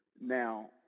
now